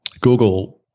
Google